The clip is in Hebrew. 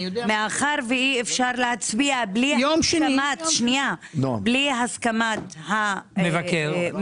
מאחר ואי אפשר להצביע בלי הסכמת המבקר,